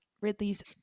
Ridley's